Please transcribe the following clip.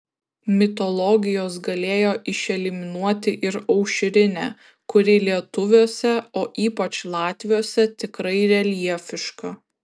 mitologijos galėjo išeliminuoti ir aušrinę kuri lietuviuose o ypač latviuose tikrai reljefiška